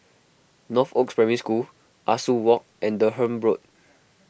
Northoaks Primary School Ah Soo Walk and Durham Road